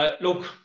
Look